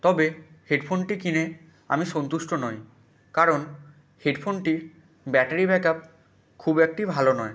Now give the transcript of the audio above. তবে হেডফোনটি কিনে আমি সন্তুষ্ট নই কারণ হেডফোনটির ব্যাটারি ব্যাক আপ খুব একটি ভালো নয়